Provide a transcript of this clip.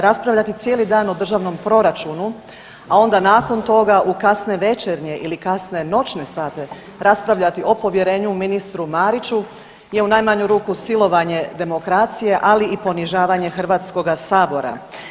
Raspravljati cijeli dan o državnom proračunu, a onda nakon toga u kasne večernje ili kasne noćne sate raspravljati o povjerenju ministru Mariću je u najmanju ruku silovanje demokracije, ali i ponižavanje HS-a.